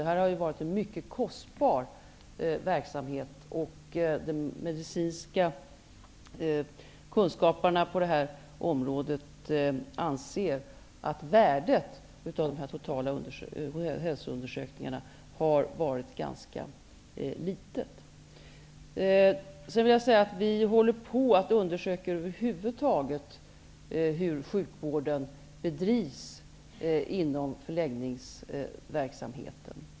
Det här har varit en mycket kostsam verksam het, och den medicinska kunskapen anser att vär det av de totala hälsoundersökningarna har varit ganska litet. Slutligen vill jag säga att vi håller på att under söka över huvud taget hur sjukvården bedrivs inom förläggningsverksamheten.